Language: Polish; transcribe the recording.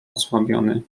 osłabiony